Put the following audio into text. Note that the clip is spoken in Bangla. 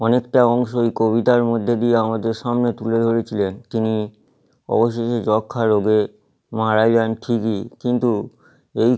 অনেকটা অংশই কবিতার মধ্যে দিয়ে আমাদের সামনে তুলে ধরেছিলেন তিনি অবশেষে যক্ষা রোগে মারা যান ঠিকই কিন্তু এই